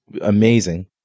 amazing